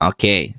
Okay